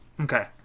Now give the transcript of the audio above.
Okay